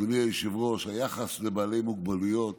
אדוני היושב-ראש, היחס לבעלי מוגבלויות